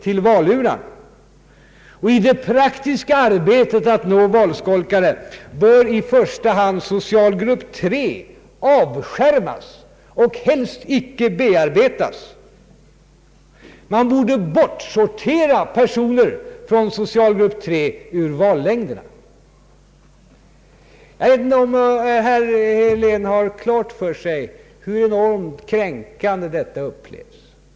I det praktiska arbetet att nå valskolkare borde i första hand socialgrupp 3 avskärmas och helst icke bearbetas. Man borde alltså utsortera personer från socialgrupp 3 ur vallängderna. Jag vet inte om herr Helén har klart för sig hur enormt kränkande ett sådant betraktelsesätt som detta upplevs.